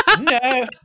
No